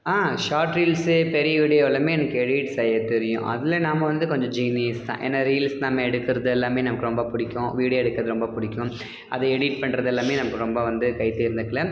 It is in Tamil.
ஷார்ட் ரீல்ஸு பெரிய வீடியோ எல்லாமே எனக்கு எடிட் செய்ய தெரியும் அதில் நாம் வந்து கொஞ்சம் ஜீனியஸ் தான் ஏன்னா ரீல்ஸ் நம்ம எடுக்கிறது எல்லாமே நமக்கு ரொம்ப பிடிக்கும் வீடியோ எடுக்கிறது ரொம்ப பிடிக்கும் அதை எடிட் பண்ணுறது எல்லாமே நமக்கு ரொம்ப வந்து கைத் தேர்ந்த கலை